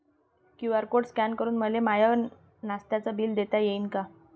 QR code scan करून मले माय नास्त्याच बिल देता येईन का?